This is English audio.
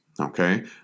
Okay